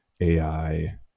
AI